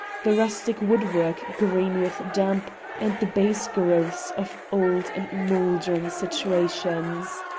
the rustic woodwork green with damp and the base growths of old and mouldering situations,